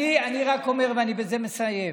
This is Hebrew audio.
אני רק אומר, ואני בזה מסיים.